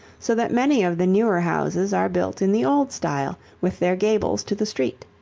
so that many of the newer houses are built in the old style with their gables to the street.